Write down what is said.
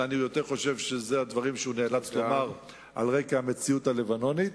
אלא אני יותר חושב שאלה הדברים שהוא נאלץ לומר על רקע המציאות הלבנונית,